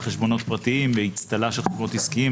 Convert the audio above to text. חשבונות פרטיים באצטלה של חשבונות עסקיים,